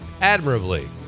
admirably